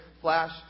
flash